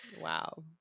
Wow